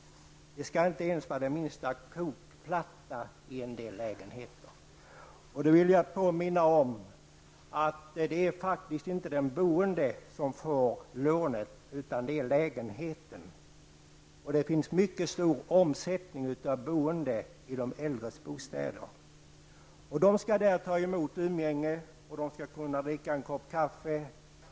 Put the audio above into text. Inte ens minsta kokplatta skall finnas i en del lägenheter. Då vill jag påminna om att det faktiskt inte är den boende som får lånet, utan lånet är knutet till själva lägenheten. Och det är mycket stor omsättning på bostäder för äldre. De äldre skall i dessa lägenheter kunna umgås med andra och kunna dricka en kopp kaffe.